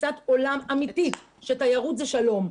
תפיסת עולם אמיתית שתיירות היא שלום,